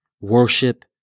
Worship